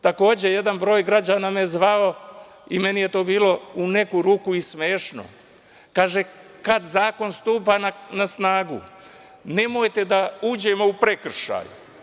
Takođe, jedan broj građana me je zvao, i meni je to bilo u neku ruku i smešno, kaže - kad zakon stupa na snagu, nemojte da uđemo u prekršaj?